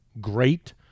great